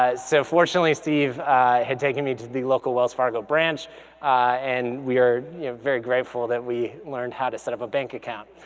so fortunately, steve had taken me to the local wells fargo branch and we are yeah very grateful that we learned how to set up a bank account.